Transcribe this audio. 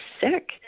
sick